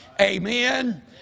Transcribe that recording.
Amen